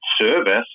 service